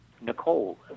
Nicole